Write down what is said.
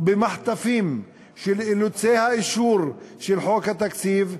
ובמחטפים של אילוצי האישור של חוק התקציב,